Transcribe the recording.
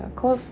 ya cause